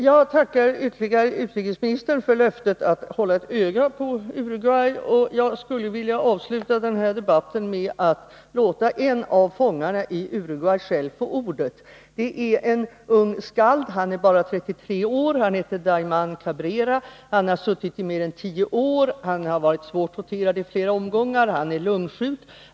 Herr talman! Jag tackar utrikesministern också för löftet att Sverige skall hålla ett öga på Uruguay. Jag skulle vilja avsluta debatten med att låta en av fångarna i Uruguay själv få ordet. Det är en ung skald. Han är bara 33 år, och han heter Daymån Cabrera. Han har suttit i mer än tio år i fängelse. Han har varit svårt torterad i flera omgångar och han är lungsjuk.